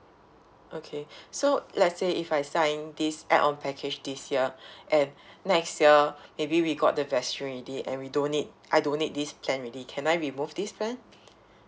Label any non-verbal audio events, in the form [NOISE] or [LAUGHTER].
okay [BREATH] so let's say if I sign this add on package this year and next year maybe we got the vaccine already and we don't need I don't need this plan already can I remove this plan